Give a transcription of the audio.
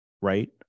right